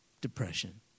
depression